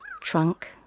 Trunk